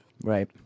Right